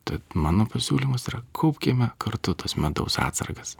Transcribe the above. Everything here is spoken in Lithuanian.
tad mano pasiūlymas yra kaupkime kartu tas medaus atsargas